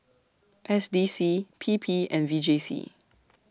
S D C P P and V J C